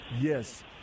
Yes